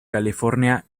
california